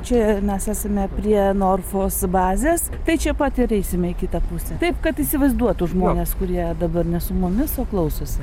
čia mes esame prie norfos bazės tai čia pat ir eisime į kitą pusę taip kad įsivaizduotų žmonės kurie dabar ne su mumis o klausosi